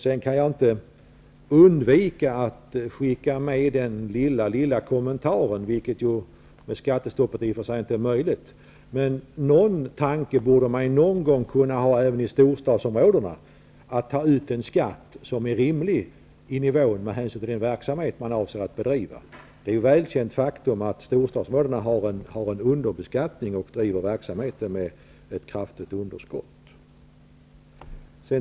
Sedan kan jag inte undvika att skicka med den lilla kommentaren att man någon gång borde kunna ha någon tanke även i storstadsområdena på att ta ut en skatt som har en rimlig nivå med hänsyn till den verksamhet man avser att bedriva. Detta är ju i och för sig inte möjligt med det skattestopp som råder. Det är ju ett välkänt faktum att storstadsområdena har en underbeskattning och driver verksamheten med ett kraftigt underskott.